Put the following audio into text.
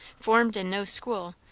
formed in no school,